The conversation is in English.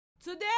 Today